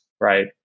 right